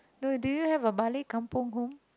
no do you have a balik kampung home